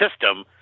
system